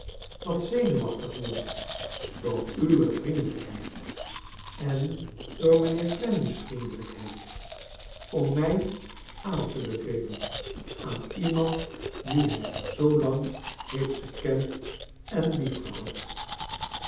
wat zenuwachtig word door uwe vriendelijkheid en door mijnheer clennam's vriendelijkheid om mij aan te bevelen aan iemand die hij al zoo lang heeft gekend en